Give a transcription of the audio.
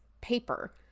paper